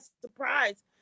surprise